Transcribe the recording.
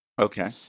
Okay